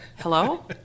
hello